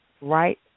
right